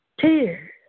tears